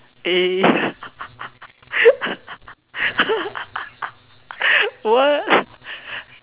eh what